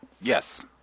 Yes